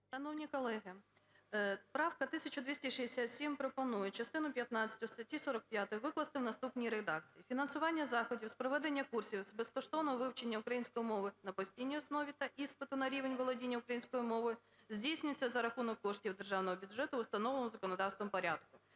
Шановні колеги, правка 1267 пропонує частину п'ятнадцяту статті 45 викласти в наступній редакції: "Фінансування заходів з проведення курсів з безкоштовного вивчення української мови на постійній основі та іспиту на рівень володіння українською мовою здійснюється за рахунок коштів державного бюджету в установленому законодавством порядку".